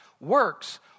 works